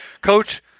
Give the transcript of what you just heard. Coach